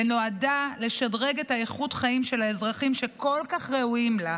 ונועדה לשדרג את איכות החיים של האזרחים שכל כך ראויים לה,